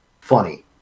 funny